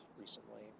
recently